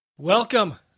Welcome